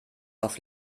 auf